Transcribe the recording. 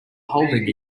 holding